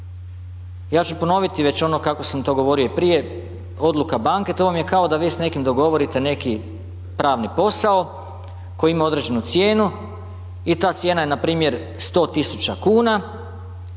Ja ću ponoviti već ono kako sam to govorio i prije, odluka banke to vam je kao da vi s nekim dogovorite neki pravni posao koji ima određenu cijenu i ta cijena je npr. 100.000 kuna